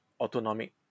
autonomic